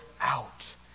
out